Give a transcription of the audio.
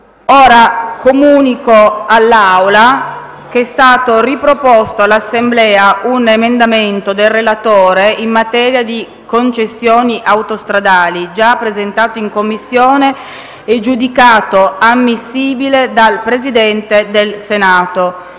B)*. Comunico che è stato riproposto all'Assemblea un emendamento del relatore in materia di concessioni autostradali, già presentato in Commissione e giudicato ammissibile dal Presidente del Senato.